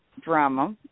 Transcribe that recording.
drama